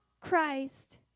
Christ